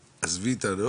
לא,